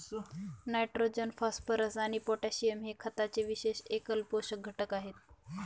nitrogen, phosphorus आणि potassium हे खताचे विशेष एकल पोषक घटक आहेत